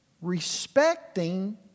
respecting